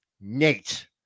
Nate